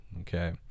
Okay